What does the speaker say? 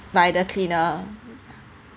by the cleaner